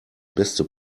beste